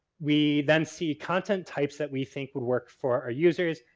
we then see content types that we think would work for our users.